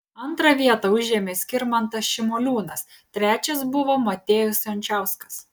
antrą vietą užėmė skirmantas šimoliūnas trečias buvo motiejus jančauskas